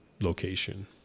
location